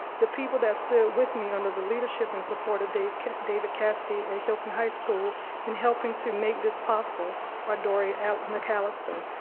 the people that stood with me under the leadership and support of david david cassidy at hilton high school in helping to make this possible are dory mcallister,